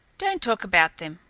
don't talk about them.